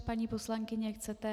Paní poslankyně, chcete...?